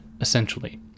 essentially